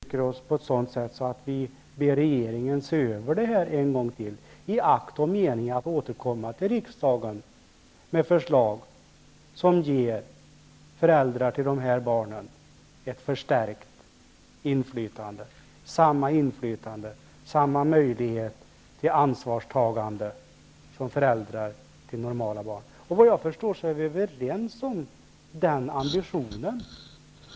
Herr talman! Jag vet, liksom Inger Lundberg, att det finns annan lagstiftning som har till uppgift att garantera den svagaste partens rätt. Den lagstiftningen gäller alla människor, oavsett om man är handikappad eller inte. Jag biträder den här reservationen. Vi hade ett sådant yrkande i vår motion också. Det är därför vi uttrycker oss på ett sådant sätt att vi ber regeringen att se över detta en gång till, i akt och mening att återkomma till riksdagen med förslag som ger föräldrar till de här barnen ett förstärkt inflytande, samma inflytande och samma möjlighet till ansvarstagande som föräldrar till normala barn har. Vad jag förstår är vi överens om den ambitionen.